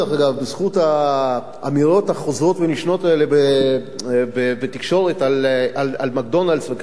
בזכות האמירות החוזרות והנשנות בתקשורת על "מקדונל'ס" וכן הלאה,